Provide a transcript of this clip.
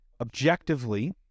objectively